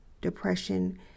depression